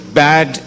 bad